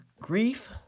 grief